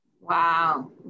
Wow